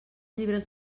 llibres